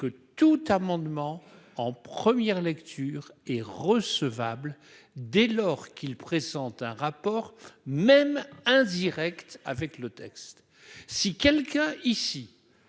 que tout amendement en première lecture est recevable dès lors qu'ils pressentent un rapport, même indirect avec le texte, si quelqu'un ici